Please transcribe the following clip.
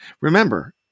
Remember